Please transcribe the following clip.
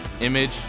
image